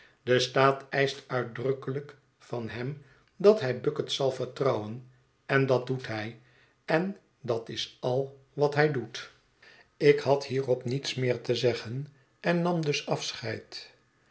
de staat eischt uitdrukkelijk van hem dat hij bucket zal vertrouwen en dat doet hij en dat is al wat hij doet ik had hierop niets meer te zeggen en nam dus afscheid